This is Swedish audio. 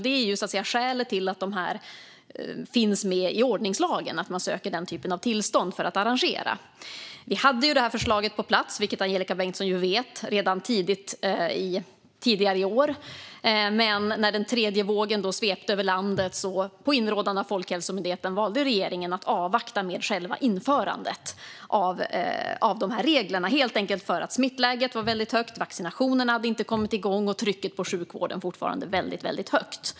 Det är så att säga skälet till att detta finns med i ordningslagen och att man söker den typen av tillstånd för att arrangera tävling. Som Angelika Bengtsson vet hade vi det här förslaget på plats redan tidigare i år, men när den tredje vågen svepte över landet valde regeringen på inrådan av Folkhälsomyndigheten att avvakta med själva införandet av dessa regler. Det var helt enkelt för att smittspridningen var stor. Vaccinationerna hade inte kommit igång, och trycket på sjukvården var fortfarande väldigt högt.